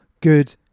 good